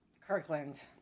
Kirkland